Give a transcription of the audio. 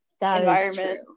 environment